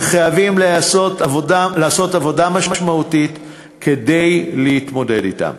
וחייבים לעשות עבודה משמעותית כדי להתמודד אתם.